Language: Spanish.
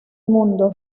mundo